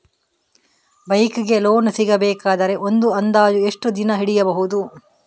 Bike ಗೆ loan ಸಿಗಬೇಕಾದರೆ ಒಂದು ಅಂದಾಜು ಎಷ್ಟು ದಿನ ಹಿಡಿಯಬಹುದು?